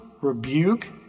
rebuke